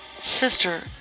Sister